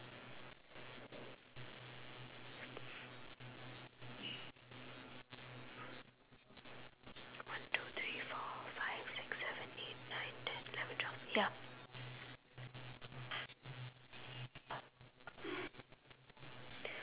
one two three four five six seven eight nine ten eleven twelve ya